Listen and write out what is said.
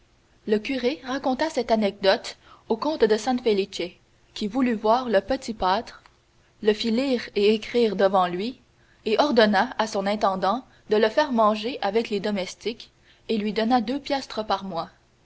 le curé raconta cette anecdote au comte de san felice qui voulut voir le petit pâtre le fit lire et écrire devant lui ordonna à son intendant de le faire manger avec les domestiques et lui donna deux piastres par mois